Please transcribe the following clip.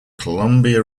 columbia